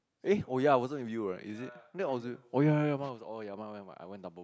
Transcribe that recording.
eh oh ya it wasn't with you right is it then I was with oh ya ya ya I went Tanpo~